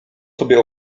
sobie